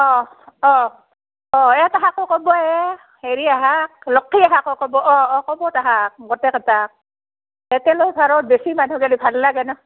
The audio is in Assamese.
অ' অ' অ' হেৰি অহা ক'ব তাহাক গোটেই কেইটাক বেছি মানুহ গ'লে ভাল লাগে ন